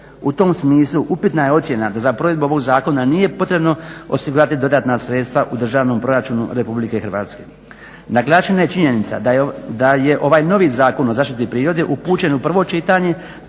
U tom smislu upitna je ocjena. Za provedbu ovog zakona nije potrebno osigurati dodatna sredstva u državnom proračunu Republike Hrvatske. Naglašena je činjenica da je ovaj novi Zakon o zaštiti prirode upućen u prvo čitanje,